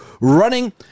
running